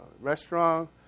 restaurant